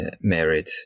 married